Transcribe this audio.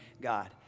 God